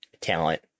talent